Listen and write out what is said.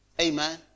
Amen